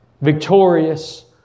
victorious